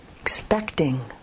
expecting